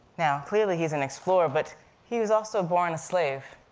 now, clearly, he's an explorer, but he was also born a slave,